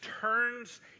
turns